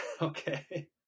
Okay